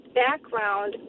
background